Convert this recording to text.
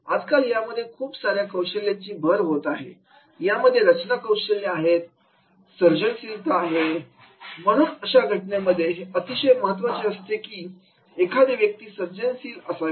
आज काल यामध्ये खूप सार्या कौशल्यांची भर होत आहे यामध्ये रचना कौशल्य आहेत सर्जनशीलता आहे म्हणून अशा घटनेमध्ये हे अतिशय महत्त्वाचे असते की एखादी व्यक्ती सर्जनची असावी